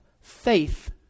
faith